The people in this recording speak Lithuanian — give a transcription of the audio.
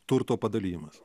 turto padalijimas